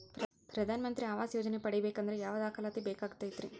ಪ್ರಧಾನ ಮಂತ್ರಿ ಆವಾಸ್ ಯೋಜನೆ ಪಡಿಬೇಕಂದ್ರ ಯಾವ ದಾಖಲಾತಿ ಬೇಕಾಗತೈತ್ರಿ?